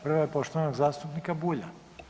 Prva je poštovanog zastupnika Bulja.